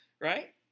right